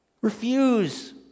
Refuse